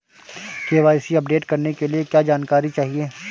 KYC update करने के लिए क्या जानकारी चाहिए?